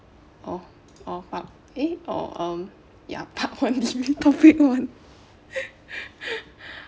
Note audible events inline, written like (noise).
oh oh part eh oh um ya (laughs) part one debate topic one (laughs)